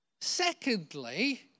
Secondly